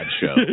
show